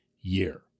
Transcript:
year